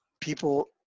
people